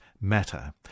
matter